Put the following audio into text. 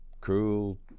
cruel